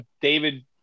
David